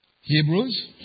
Hebrews